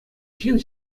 ҫын